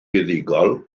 fuddugol